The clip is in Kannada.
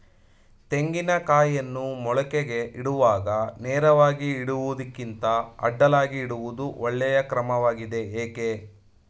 ತೆಂಗಿನ ಕಾಯಿಯನ್ನು ಮೊಳಕೆಗೆ ಇಡುವಾಗ ನೇರವಾಗಿ ಇಡುವುದಕ್ಕಿಂತ ಅಡ್ಡಲಾಗಿ ಇಡುವುದು ಒಳ್ಳೆಯ ಕ್ರಮವಾಗಿದೆ ಏಕೆ?